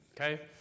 Okay